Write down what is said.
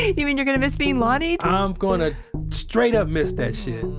you mean you're gonna miss being lonnied? i'm gonna straight up miss that shit